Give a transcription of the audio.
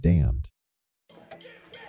Damned